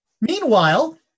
meanwhile